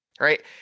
right